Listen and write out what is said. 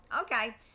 okay